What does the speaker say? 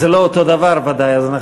זה לא אותו דבר, ודאי, אז,